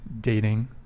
dating